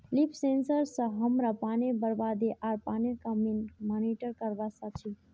leaf sensor स हमरा पानीर बरबादी आर पानीर कमीक मॉनिटर करवा सक छी